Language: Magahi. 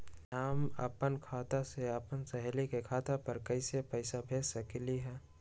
हम अपना खाता से अपन सहेली के खाता पर कइसे पैसा भेज सकली ह?